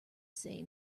say